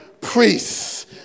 priests